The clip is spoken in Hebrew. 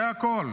זה הכול.